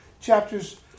chapters